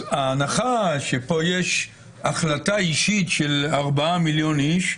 ההנחה שכאן יש החלטה אישית של 4 מיליון אנשים,